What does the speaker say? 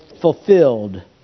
fulfilled